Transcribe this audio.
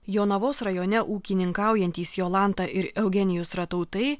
jonavos rajone ūkininkaujantys jolanta ir eugenijus ratautai